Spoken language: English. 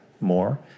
more